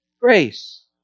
grace